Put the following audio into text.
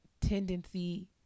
tendency